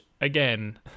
again